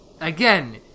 again